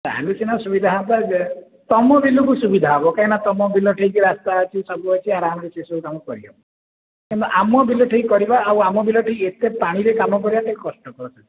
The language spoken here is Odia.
ତା'ହେଲେ ସିନା ସୁବିଧା ହୁଅନ୍ତା ତମ ବିଲକୁ ସୁବିଧା ହେବ କାହିଁକିନା ତମ ବିଲକୁ ଠିକ୍ ରାସ୍ତା ଅଛି ସବୁ ଅଛି ଆରାମସେ ସେସବୁ କାମ କରିହେବ କିମ୍ବା ଆମ ବିଲ୍ଠି କରିବା ଆଉ ଆମ ବିଲଠି ଏତେ ପାଣିରେ କରିବା ଟିକେ କଷ୍ଟ